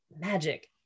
magic